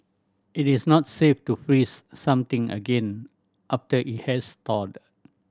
it is not safe to freeze something again after it has thawed